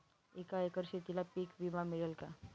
एका एकर शेतीला पीक विमा मिळेल का?